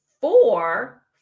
Four